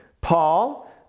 Paul